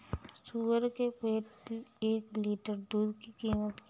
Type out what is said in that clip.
सुअर के एक लीटर दूध की कीमत क्या है?